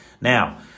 Now